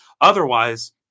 Otherwise